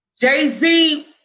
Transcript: Jay-Z